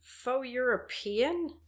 faux-European